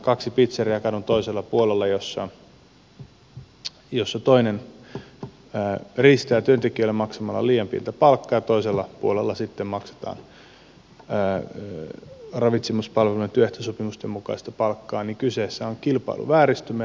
jos on kadun vastakkaisilla puolilla kaksi pitseriaa joista toinen riistää työntekijöitä maksamalla liian pientä palkkaa ja toisella puolella sitten maksetaan ravitsemuspalvelujen työehtosopimusten mukaista palkkaa niin kyseessä on kilpailuvääristymä